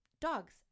dogs